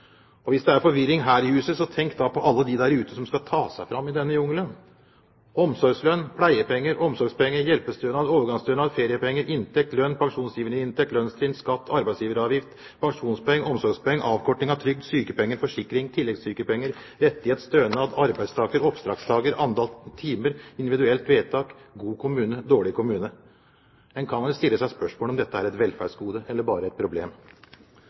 Hvis det er forvirring her i huset, så tenk da på alle dem der ute som skal ta seg fram i denne jungelen: omsorgslønn, pleiepenger, omsorgspenger, hjelpestønad, overgangsstønad, feriepenger, inntekt, lønn, pensjonsgivende inntekt, lønnstrinn, skatt, arbeidsgiveravgift, pensjonspoeng, omsorgspoeng, avkorting av trygd, sykepenger, forsikring, tilleggssykepenger, rettighet, stønad, arbeidstaker, oppdragstaker, antall timer, individuelt vedtak, god kommune, dårlig kommune. En kan vel stille seg spørsmål om dette er et velferdsgode eller bare et problem.